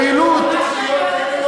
חבר הכנסת כהן,